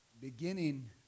beginning